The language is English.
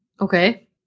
Okay